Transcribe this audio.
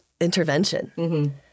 Intervention